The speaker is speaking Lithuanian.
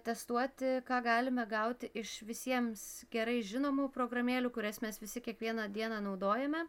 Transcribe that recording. testuoti ką galime gauti iš visiems gerai žinomų programėlių kurias mes visi kiekvieną dieną naudojame